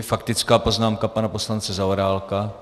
Faktická poznámka pana poslance Zaorálka.